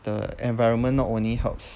the environment not only helps